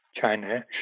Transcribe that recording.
China